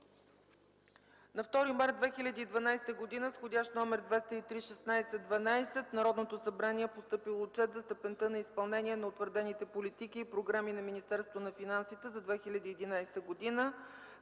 На 2 март 2011 г. с вх. № 203-16-12 в Народното събрание е постъпил Отчет за степента на изпълнение на утвърдените политики и програми на Министерството на финансите за 2011 г.